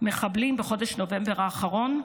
מחבלים בחודש נובמבר האחרון,